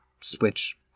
switch